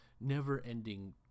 never-ending